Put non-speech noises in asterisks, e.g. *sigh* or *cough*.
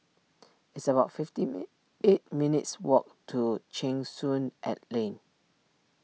it's about fifty *unintelligible* eight minutes' walk to Cheng Soon at Lane